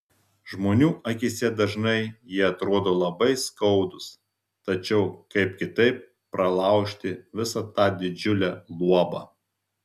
žmonių akyse dažnai jie atrodo labai skaudūs tačiau kaip kitaip pralaužti visa tą didžiulę luobą